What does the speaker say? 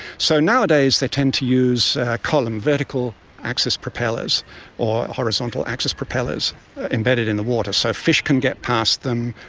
so nowadays they tend to use column, vertical access propellers or horizontal access propellers embedded in the water, so fish can get past them,